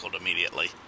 immediately